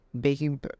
baking